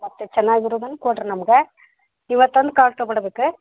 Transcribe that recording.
ಮತ್ತು ಚೆನ್ನಾಗಿರೋದನ್ನು ಕೊಡ್ರಿ ನಮಗೆ ನೀವೇ ತಂದು ತೊಗೊಂಡೋಗ್ಬೇಕ್ರೀ